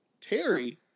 Terry